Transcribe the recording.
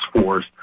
Force